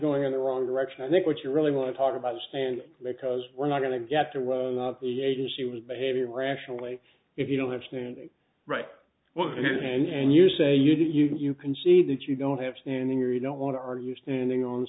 going in the wrong direction i think what you really want to talk about is stand because we're not going to get to roll out the agency was behaving rationally if you don't have standing right well his hands and you say you did you can see that you don't have standing or you don't want are you standing on